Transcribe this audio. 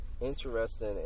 interesting